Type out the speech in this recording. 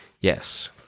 Yes